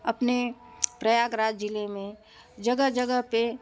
अपने प्रयागराज जिले में जगह जगह पे